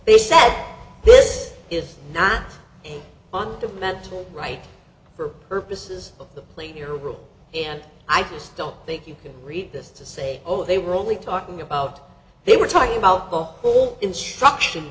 they said this is not fundamental right for purposes of the play here rule and i just don't think you can read this to say oh they were only talking about they were talking about the whole instruction